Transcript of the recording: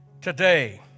Today